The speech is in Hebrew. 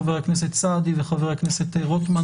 חבר הכנסת סעדי וחבר הכנסת רוטמן,